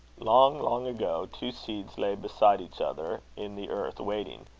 long, long ago, two seeds lay beside each other in the earth, waiting.